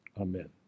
Amen